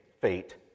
fate